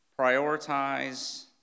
prioritize